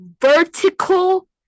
vertical